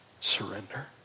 surrender